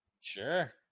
Sure